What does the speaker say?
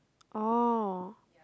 orh